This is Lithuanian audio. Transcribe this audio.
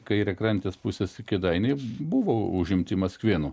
kairiakrantės pusės kėdainiai buvo užimti maskvėnų